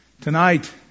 Tonight